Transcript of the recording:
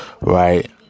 Right